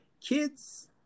kids